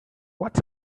what